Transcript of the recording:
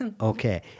Okay